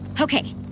Okay